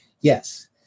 Yes